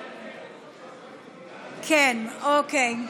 כן, אוקיי.